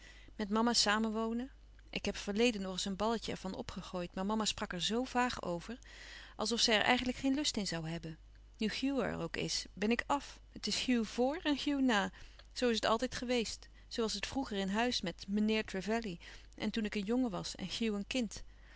met mama samenwonen ik heb verleden nog eens een balletje er van opgegooid maar mama sprak er z vaag over als of zij er eigenlijk geen lust in zoû hebben nu hugh er ook is ben ik àf het is hugh voor en hugh na zoo is het altijd geweest zoo was het vroeger in huis met meneer trevelley en toen ik een jongen was en hugh een kind